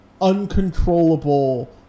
uncontrollable